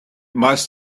must